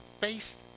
face